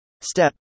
Step